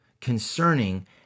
concerning